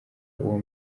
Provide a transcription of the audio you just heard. uwo